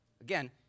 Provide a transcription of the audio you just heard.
again